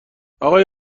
آقای